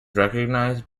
recognized